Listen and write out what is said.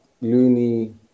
Looney